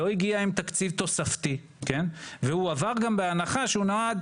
לא הגיע עם תקציב תוספתי והוא עבר גם בהנחה שהוא נועד